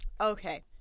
Okay